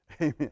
Amen